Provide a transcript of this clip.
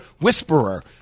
whisperer